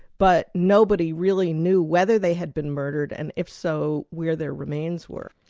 but nobody really knew whether they had been murdered, and if so, where their remains were.